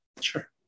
Sure